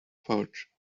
pouch